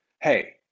hey